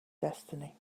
destiny